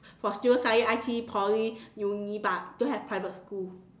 for students studying I_T_E Poly uni but don't have private school